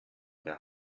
der